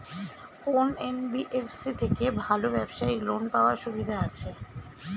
কোন এন.বি.এফ.সি থেকে ভালো ব্যবসায়িক লোন পাওয়ার সুবিধা আছে?